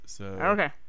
Okay